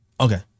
Okay